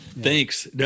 Thanks